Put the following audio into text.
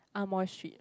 amoy street